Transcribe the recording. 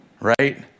right